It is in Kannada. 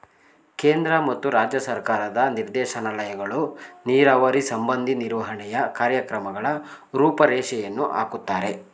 ಕೇಂದ್ರ ಮತ್ತು ರಾಜ್ಯ ಸರ್ಕಾರದ ನಿರ್ದೇಶನಾಲಯಗಳು ನೀರಾವರಿ ಸಂಬಂಧಿ ನಿರ್ವಹಣೆಯ ಕಾರ್ಯಕ್ರಮಗಳ ರೂಪುರೇಷೆಯನ್ನು ಹಾಕುತ್ತಾರೆ